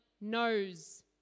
knows